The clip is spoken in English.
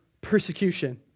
persecution